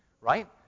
Right